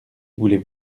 voulez